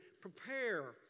prepare